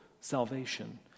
salvation